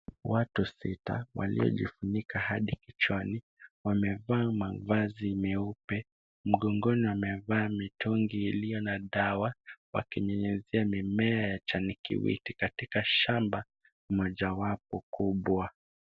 Watu sita waliojifunika hadi kichwani. Wamevaa mavazi meupe, mgongoni wamevaa mitungi ilio na dawa. Wakinyunyizia mimea ya jani kiwiti katika shamba mojawapo kubwa.